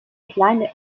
kleine